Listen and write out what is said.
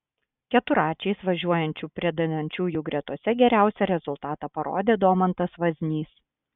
keturračiais važiuojančių pradedančiųjų gretose geriausią rezultatą parodė domantas vaznys